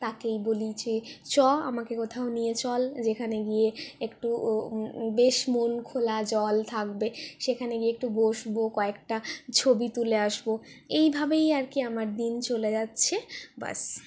তাকেই বলি যে চল আমাকে কোথাও নিয়ে চল যেখানে গিয়ে একটু বেশ মন খোলা জল থাকবে সেখানে গিয়ে একটু বসবো কয়েকটা ছবি তুলে আসবো এইভাবেই আর কি আমার দিন চলে যাচ্ছে বাস